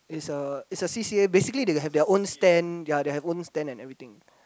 it's it's a C_C_A basically they have their own stand ya they have own stand and everything